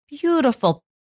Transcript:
beautiful